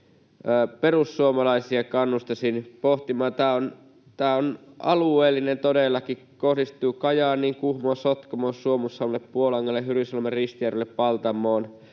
perussuomalaisia kannustaisin pohtimaan. Tämä on alueellinen — todellakin kohdistuu Kajaaniin, Kuhmoon, Sotkamoon, Suomussalmelle, Puolangalle, Hyrynsalmeen, Ristijärvelle, Paltamoon,